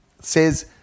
says